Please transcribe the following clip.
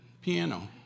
piano